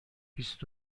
بیست